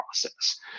process